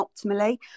optimally